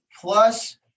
plus